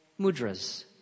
mudras